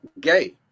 gay